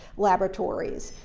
laboratories,